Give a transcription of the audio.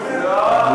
לא יודע.